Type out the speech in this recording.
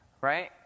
right